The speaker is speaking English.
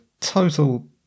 total